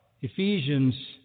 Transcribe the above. Ephesians